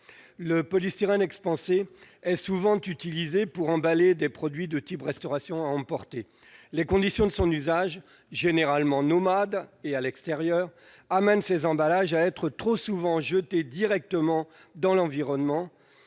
Le polystyrène expansé est souvent utilisé pour emballer des produits de restauration à emporter. Les conditions de son usage, généralement nomade et à l'extérieur, sont telles que ces emballages sont trop souvent jetés directement dans l'environnement